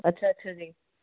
ਅੱਛਾ ਅੱਛਾ ਜੀ